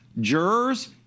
jurors